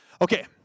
Okay